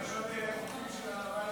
התשפ"ד 2024, נתקבל.